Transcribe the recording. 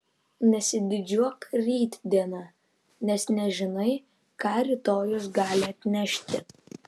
nesididžiuok rytdiena nes nežinai ką rytojus gali atnešti